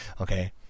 okay